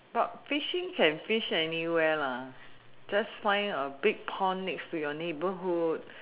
but fishing can fish anywhere lah just find a big pond next to your neighbourhood